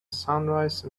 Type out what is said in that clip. sunrise